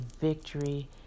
victory